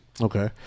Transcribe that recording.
Okay